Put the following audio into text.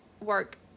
work